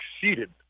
succeeded